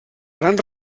gran